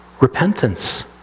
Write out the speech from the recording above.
repentance